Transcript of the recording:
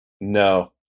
No